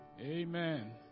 Amen